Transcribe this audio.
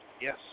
Yes